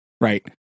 right